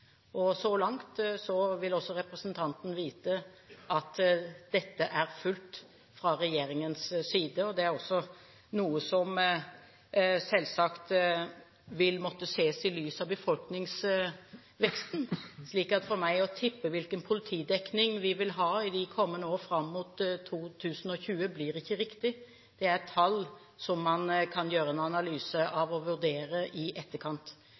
Så langt vil også representanten vite at dette er fulgt fra regjeringens side. Det er noe som selvsagt vil måtte ses i lys av befolkningsveksten. Så – for meg – å tippe hvilken politidekning vi vil ha de kommende år fram mot 2020, blir ikke riktig. Det er tall som man kan gjøre en analyse av og vurdere i etterkant.